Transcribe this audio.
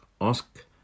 Ask